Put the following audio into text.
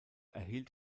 erhielt